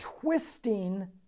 twisting